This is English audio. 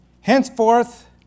Henceforth